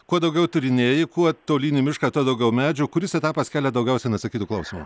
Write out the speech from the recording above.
kuo daugiau tyrinėji kuo tolyn į mišką tuo daugiau medžių kuris etapas kelia daugiausiai neatsakytų klausimų